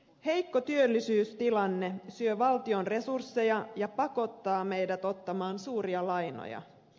heikko työllisyystilanne syö valtion resursseja ja pakottaa meidät ottamaan suuria lainoja